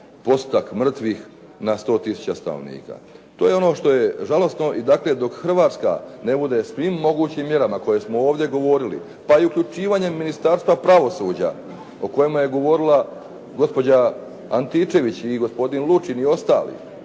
postotak mrtvih na 100 tisuća stanovnika. To je ono što je žalosno i dakle dok Hrvatska ne bude svim mogućim mjerama koje smo ovdje govorili, pa i uključivanjem Ministarstva pravosuđa o kojemu je govorila gospođa Antičević i gospodin Lučin i ostali,